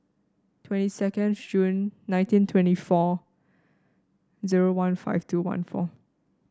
twenty second June nineteen twenty four zero one five two one four